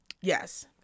Yes